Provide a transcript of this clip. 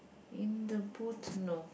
in the boot no